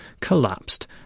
collapsed